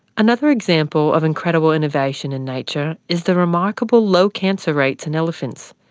another example of incredible innovation in nature is the remarkable low cancer rates in elephants.